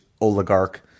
oligarch